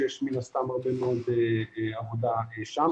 שיש מן הסתם הרבה מאוד עבודה שם.